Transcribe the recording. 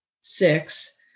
six